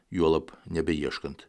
juolab nebeieškant